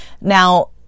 Now